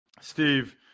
Steve